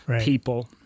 people